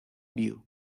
view